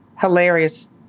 hilarious